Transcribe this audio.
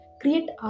create